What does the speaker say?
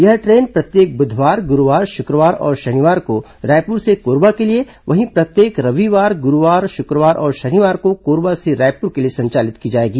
यह ट्रेन प्रत्येक बुधवार गुरूवार शुक्रवार और शनिवार को रायपुर से कोरबा के लिए वहीं प्रत्येक रविवार गुरूवार शुक्रवार और शनिवार को कोरबा से रायपुर के लिए संचालित की जाएगी